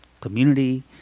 community